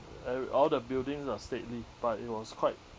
and all the buildings are stately but it was quite